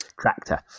Tractor